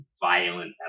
violent